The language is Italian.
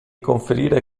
conferire